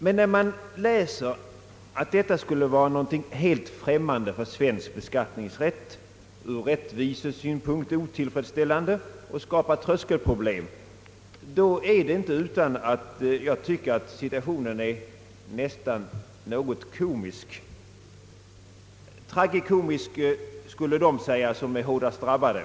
Men när jag läser att de i motionen föreslagna reglerna skulle vara någonting »helt främmande för svensk beskattningsrätt», att de ur rättvisesynpunkt skulle vara otillfredsställande och skapa tröskelproblem, tycker jag att situationen nästan är något komisk — tragikomisk skulle de säga som är hårdast drabbade.